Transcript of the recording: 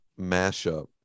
mashup